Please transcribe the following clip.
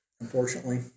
Unfortunately